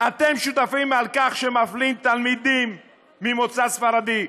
אתם שותפים לכך שמפלים תלמידים ממוצא ספרדי,